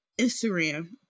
instagram